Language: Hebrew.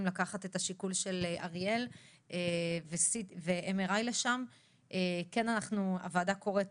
לקחת את השיקול של אריאל ולשים שם MRI. הוועדה קוראת